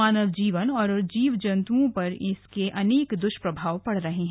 मानव जीवन और जीव जन्तुओं पर इसके अनेक दुष्प्रभाव पड़ रहे हैं